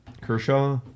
Kershaw